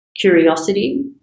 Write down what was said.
curiosity